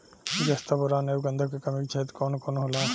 जस्ता बोरान ऐब गंधक के कमी के क्षेत्र कौन कौनहोला?